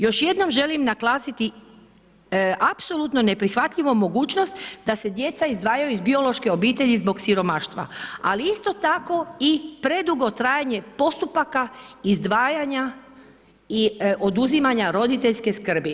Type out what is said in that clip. Još jednom želim naglasiti apsolutno neprihvatljivu mogućnost da se djeca izdvajaju iz biološke obitelji zbog siromaštva ali isto tako i predugo trajanje postupaka izdvajanja i oduzimanja roditeljske skrbi.